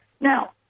Now